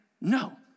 no